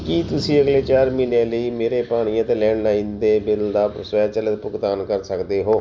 ਕੀ ਤੁਸੀਂਂ ਅਗਲੇ ਚਾਰ ਮਹੀਨਿਆਂ ਲਈ ਮੇਰੇ ਪਾਣੀ ਅਤੇ ਲੈਂਡਲਾਈਨ ਦੇ ਬਿੱਲ ਦਾ ਸਵੈਚਲਿਤ ਭੁਗਤਾਨ ਕਰ ਸਕਦੇ ਹੋ